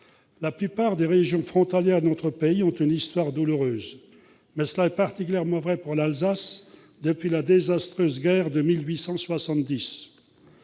La plupart des régions frontalières de notre pays ont une histoire douloureuse, mais cela est particulièrement vrai pour l'Alsace depuis la désastreuse guerre de 1870.